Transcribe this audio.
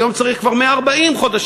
היום צריך כבר 140 חודשים.